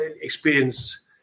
experience